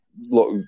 look